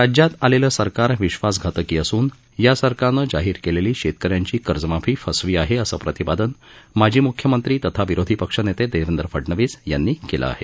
राज्यात आलेलं सरकार विश्वासघातकी असून या सरकारनं जाहीर केलेली शेतक यांची कर्जमाफी फसवी आहे असं प्रतिपादन माजी मुख्यमंत्री तथा विरोधी पक्षनेते देवेंद्र फडणवीस यांनी केलं आहे